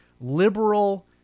liberal